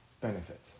benefit